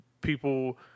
people